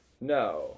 No